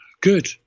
Good